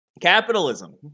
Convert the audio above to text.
Capitalism